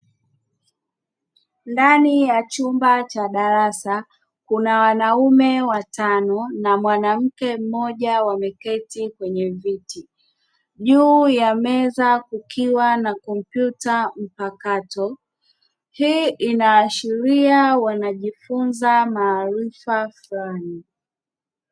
Ndani ya chumba cha darasa kuna wanaume watano na mwanawake mmoja wameketi kwenye viti, juu ya meza kukiwa na kompyuta mpakato. Hii inaashiria wanajifunza maarifa fulani.